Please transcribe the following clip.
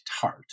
tart